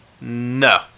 No